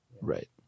Right